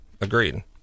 Agreed